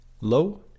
Low